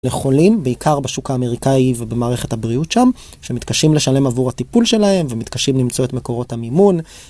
לחולים, בעיקר בשוק האמריקאי ובמערכת הבריאות שם, שמתקשים לשלם עבור הטיפול שלהם ומתקשים למצוא את מקורות המימון.